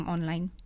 Online